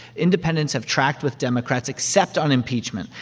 independents have tracked with democrats except on impeachment.